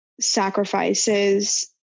sacrifices